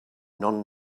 non